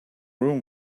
room